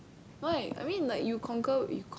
why I mean like you conquer with